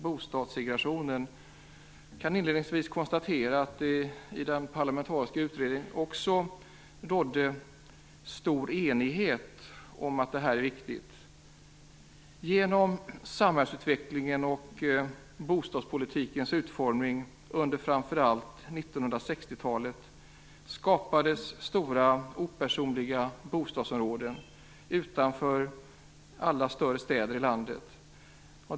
Inledningsvis kan jag konstatera att det också rådde stor enighet om att detta är viktigt i den parlamentariska utredningen. Genom samhällsutvecklingen och bostadspolitikens utformning under framför allt 1960-talet skapades stora opersonliga bostadsområden utanför alla större städer i landet.